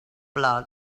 blood